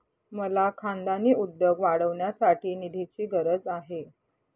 मला खानदानी उद्योग वाढवण्यासाठी निधीची गरज आहे